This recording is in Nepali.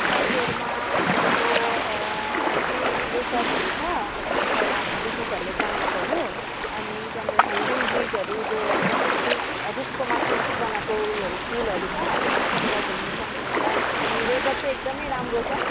कफेरमा तपाईँको त्यही रिसोर्टहरू छ पहिला ब्रिटिसहरूले बनाएकोहरू अनि ह्याङ्गिङ ब्रिजहरू जो चाहिँ रुखको माथि माथि बनाएको उयोहरू पुलहरू छ त्यहाँनिर घुम्न सक्नुहुन्छ अनि वेदर चाहिँ एकदमै राम्रो छ